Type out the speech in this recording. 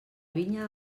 vinya